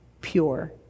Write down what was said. pure